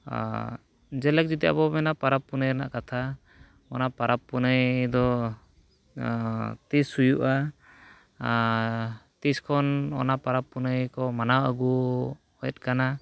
ᱡᱮᱞᱮᱠᱟ ᱟᱵᱚ ᱡᱩᱫᱤ ᱵᱚᱱ ᱢᱮᱱᱟ ᱯᱚᱨᱚᱵᱽ ᱯᱩᱱᱟᱹᱭ ᱨᱮᱭᱟᱜ ᱠᱟᱛᱷᱟ ᱚᱱᱟ ᱯᱚᱨᱚᱵᱽ ᱯᱩᱱᱟᱹᱭ ᱫᱚ ᱛᱤᱥ ᱦᱩᱭᱩᱜᱼᱟ ᱟᱨ ᱛᱤᱥ ᱠᱷᱚᱱ ᱚᱱᱟ ᱯᱚᱨᱚᱵᱽ ᱯᱩᱱᱟᱹᱭ ᱠᱚ ᱢᱟᱱᱟᱣ ᱟᱹᱜᱩᱭᱮᱜ ᱠᱟᱱᱟ